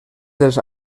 dels